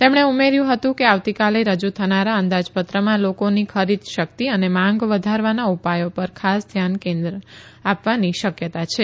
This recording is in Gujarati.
તેમણે ઉમેર્ચુ હતું કે આવતીકાલે રજુ થનારા અંદાજપત્રમાં લોકોની ખરીદશકિત અને માંગ વધારવાના ઉપાયો પર ખાસ ધ્યાન આપવાની શકયતા છે